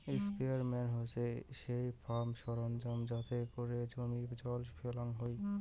sprayer মানে হসে সেই ফার্ম সরঞ্জাম যাতে করে জমিতে জল ফেলা হই